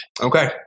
Okay